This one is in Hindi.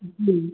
जी